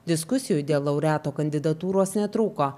diskusijų dėl laureatų kandidatūros netrūko